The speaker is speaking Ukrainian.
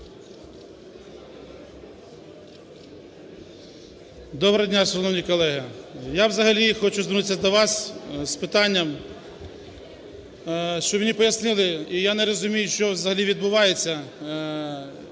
Доброго дня, шановні колеги! Я взагалі хочу звернутися до вас з питанням, щоб мені пояснили. І я не розумію, що взагалі відбувається,